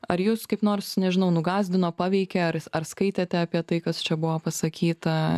ar jus kaip nors nežinau nugąsdino paveikė ar ar skaitėte apie tai kas čia buvo pasakyta